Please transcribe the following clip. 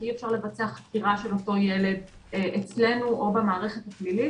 כי אי אפשר לבצע חקירה של אותו ילד אצלנו או במערכת הפלילית,